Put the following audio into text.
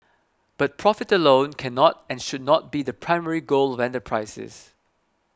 but profit alone cannot and should not be the primary goal of enterprises